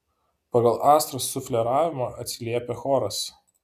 pagal astros sufleravimą atsiliepia choras